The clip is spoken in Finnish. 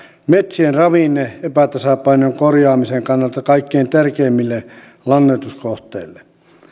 metsien ravinne epätasapainojen korjaamisen kannalta kaikkein tärkeimmille lannoituskohteille